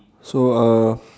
so uh